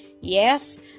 Yes